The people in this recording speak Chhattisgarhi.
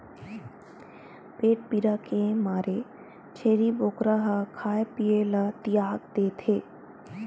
पेट पीरा के मारे छेरी बोकरा ह खाए पिए ल तियाग देथे